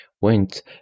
went